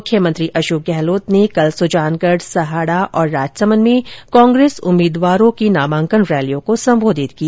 मुख्यमंत्री अशोक गहलोत ने कल सुजानगढ़ सहाड़ा और राजसमंद में कांग्रेस उम्मीदवारों की नामांकन र्रलियों को संबोधित किया